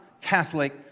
Catholic